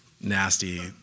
nasty